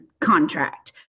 contract